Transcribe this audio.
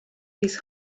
his